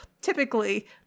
typically